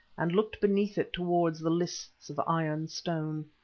and looked beneath it towards the lists of iron-stone.